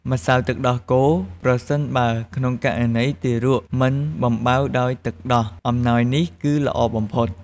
ម្សៅទឹកដោះគោ ប្រសិនបើក្នុងករណីទារកមិនបំបៅដោយទឹកដោះ អំណោយនេះគឺល្អបំផុត។